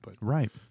Right